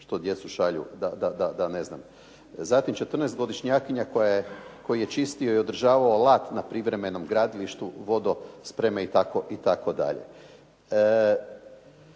što djecu šalju da ne znam. Zatim, 14-godišnjak koji je čistio i održavao alat na privremenom gradilištu vodospreme itd.